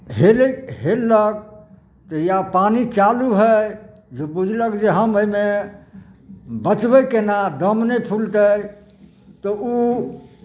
हेलय हेललक या पानि चालू हइ जे बुझलक जे हम एहिमे बचबै केना दम नहि फुलतै तऽ ओ